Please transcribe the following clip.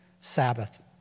sabbath